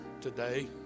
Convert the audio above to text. today